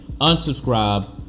unsubscribe